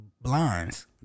blinds